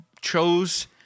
chose